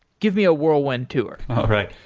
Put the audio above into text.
give me a whirlwind tour. all right,